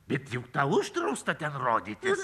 bet juk tau uždrausta ten rodytis